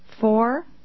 Four